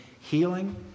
healing